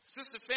Sister